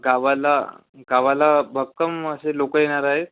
गावाला गावाला भक्कम असे लोक येणार आहेत